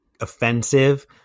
offensive